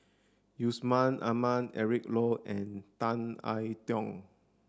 Yusman Aman Eric Low and Tan I Tiong